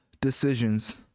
decisions